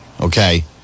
okay